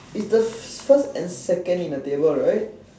it's the first and second in the table right